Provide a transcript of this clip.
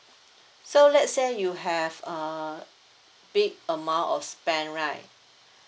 so let's say you have uh big amount of spend right